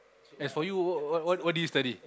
as for you what what what did you study